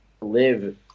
live